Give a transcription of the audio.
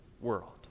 world